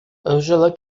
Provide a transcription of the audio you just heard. angela